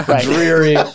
dreary